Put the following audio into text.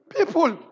People